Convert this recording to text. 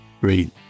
Great